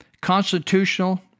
constitutional